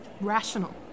rational